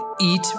Eat